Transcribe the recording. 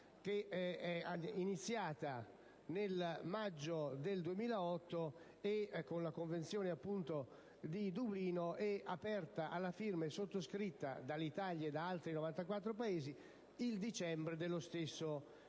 che è iniziata nel maggio 2008 con la Convenzione di Dublino ed aperta alla firma (e dunque sottoscritta dall'Italia e da altri 94 Paesi) nel dicembre dello stesso anno.